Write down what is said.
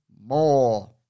more